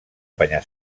penya